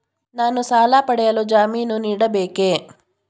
ನಾನು ಸಾಲ ಪಡೆಯಲು ಜಾಮೀನು ನೀಡಬೇಕೇ?